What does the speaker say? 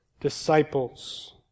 disciples